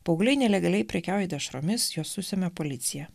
paaugliai nelegaliai prekiauja dešromis juos susemia policija